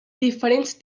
diferents